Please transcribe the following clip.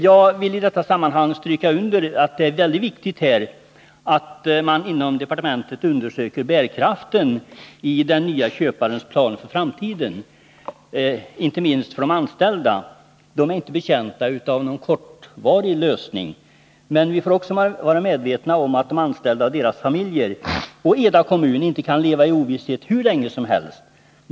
Jag vill i detta sammanhang stryka under att det är mycket viktigt att man inom departementet undersöker bärkraften i den nya köparens planer för framtiden, inte minst med tanke på de anställda; de är inte betjänta av någon kortvarig lösning. Men vi får också vara medvetna om att de anställda, deras familjer och hela kommunen inte kan leva i ovisshet hur länge som helst.